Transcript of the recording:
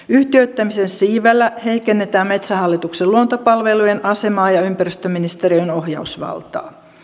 yhtiöittämisen siivellä heikennetään metsähallituksen luontopalvelujen asemaa ja ympäristöministeriön ohjausvaltaa